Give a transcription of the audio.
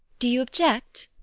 do you object?